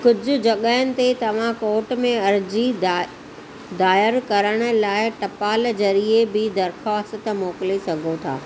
कुझु जॻहियुनि ते तव्हां कोर्ट में अर्ज़ी दा दायर करण लाइ टपाल ज़रीए बि दरख़्वास्त मोकिले सघो था